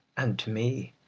and to me,